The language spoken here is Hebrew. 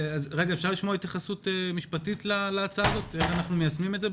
אפשר לשמוע התייחסות משפטית להצעה הזאת ואיך אנחנו מיישמים את זה?